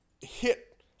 hit